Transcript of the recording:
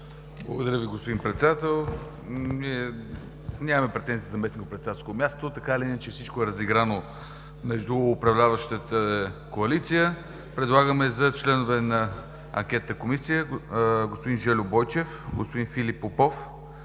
Благодаря Ви, господин Председател. Ние нямаме претенции за заместник-председателско място. Така или иначе всичко е разиграно между управляващата коалиция. Предлагаме за членове на Анкетната комисия: господин Жельо Бойчев, господин Филип Попов,